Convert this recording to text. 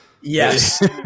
yes